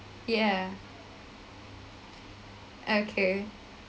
yeah okay